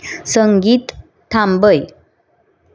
संगीत थांबय